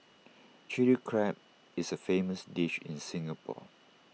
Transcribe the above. Chilli Crab is A famous dish in Singapore